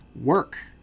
work